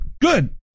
good